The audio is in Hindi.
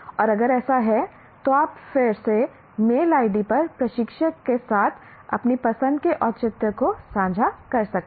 और अगर ऐसा है तो आप फिर से मेल आईडी पर प्रशिक्षक के साथ अपनी पसंद के औचित्य को साझा कर सकते हैं